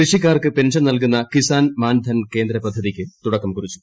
കൃഷികാർക്ക് pension നൽകുന്ന കിസാൻ മാൻധൻ കേന്ദ്ര പദ്ധതിയ്ക്ക് തുടക്കം കുറിച്ചു